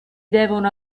devono